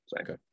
Okay